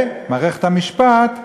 ומערכת המשפט,